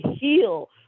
heal